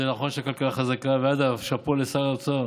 זה נכון שהכלכלה חזקה, ואגב, שאפו לשר האוצר